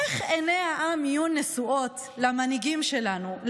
איך עיני העם יהיו נשואות למנהיגים שלנו,